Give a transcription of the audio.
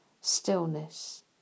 stillness